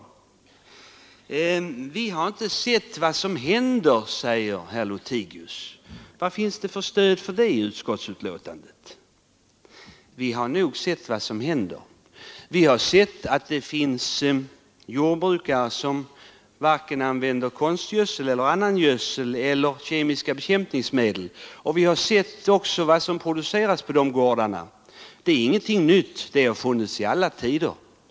Utskottet har inte sett vad som händer, säger herr Lothigius. Vad finns det för stöd för detta i betänkandet? Vi har nog sett vad som händer. Vi har sett att det finns jordbrukare som varken använder konstgödsel, annan gödsel eller kemiska bekämpningsmedel. Vi har också sett vad som produceras på sådana gårdar. Det är ingenting nytt, sådana jordbrukare har funnits i alla tider.